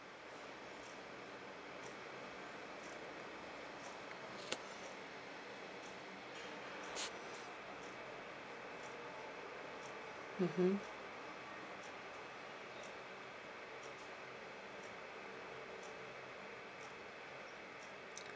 mmhmm